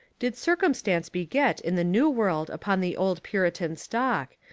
did circumstance beget in the new world upon the old puritan stock,